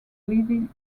leading